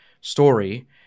story